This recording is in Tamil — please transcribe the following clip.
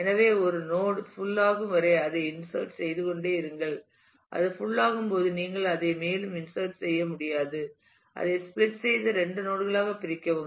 எனவே ஒரு நோட் புள் ஆகும்வரை வரை அதைச் இன்சர்ட் செய்து கொண்டே இருங்கள் அது புள் ஆகும்போது நீங்கள் அதை மேலும் இன்சர்ட் முடியாது அதைப் ஸ்பிலிட் செய்து இரண்டு நோட் களாகப் பிரிக்கவும்